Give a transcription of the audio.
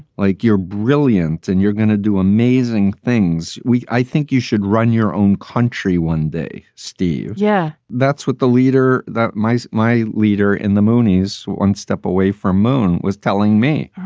like you're brilliant and you're going to do amazing things. we i think you should run your own country one day. steve. yeah, that's what the leader that makes my leader in the moonies one step away from moon was telling me,